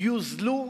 יוזלו,